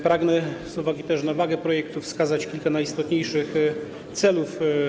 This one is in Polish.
Pragnę z uwagi na wagę projektu wskazać kilka jego najistotniejszych celów.